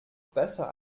besser